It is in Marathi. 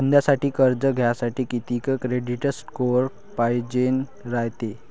धंद्यासाठी कर्ज घ्यासाठी कितीक क्रेडिट स्कोर पायजेन रायते?